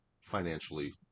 financially